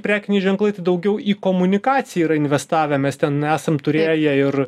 prekiniai ženklai tai daugiau į komunikaciją yra investavę mes ten esam turėję ir